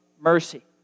mercy